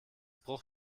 bruch